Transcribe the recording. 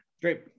great